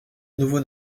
nouveaux